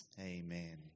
amen